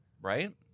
Right